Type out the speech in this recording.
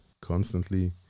constantly